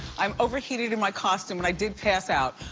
i um overheated in my costume, and i did pass out.